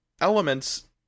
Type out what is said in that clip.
elements